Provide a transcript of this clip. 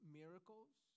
miracles